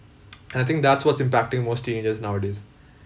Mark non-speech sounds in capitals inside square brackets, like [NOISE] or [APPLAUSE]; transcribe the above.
[NOISE] and I think that's what's impacting most teenagers nowadays